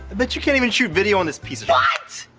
but you can't even shoot video on this piece of ah what!